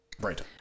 Right